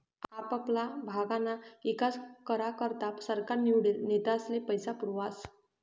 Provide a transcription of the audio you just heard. आपापला भागना ईकास करा करता सरकार निवडेल नेतास्ले पैसा पुरावस